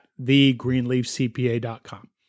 thegreenleafcpa.com